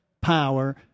power